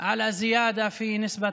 זכותם התממשה בהיבט